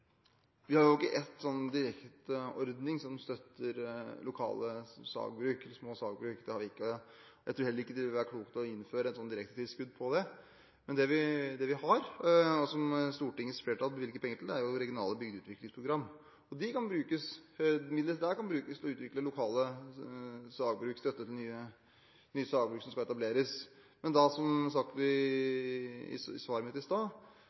Vi har jo ikke en direkte støtteordning som støtter lokale små sagbruk, det har vi ikke, og jeg tror heller ikke det ville være klokt å innføre et slikt direktetilskudd for dette. Men det vi har – og som Stortingets flertall bevilger penger til – er jo regionale bygdeutviklingsprogrammer, og midlene der kan brukes til å utvikle lokale sagbruk og støtte nye sagbruk som skal etableres. Men da er min vurdering, som sagt i svaret mitt i stad,